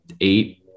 eight